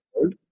world